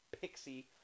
pixie